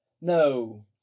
No